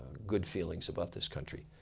good feelings about this country.